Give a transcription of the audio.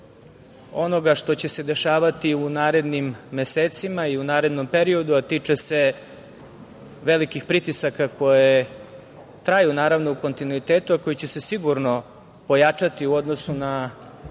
onoga što će se dešavati u narednim mesecima i u narednom periodu, a tiče se velikih pritisaka koji traju naravno u kontinuitetu, a koji će se sigurno pojačati u odnosu na